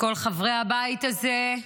לכל חברי הבית הזה,